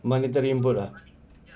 monitoring board ah